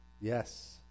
Yes